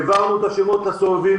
העברנו את השמות לסובבים,